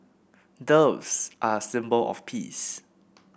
doves are a symbol of peace